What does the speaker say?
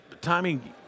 timing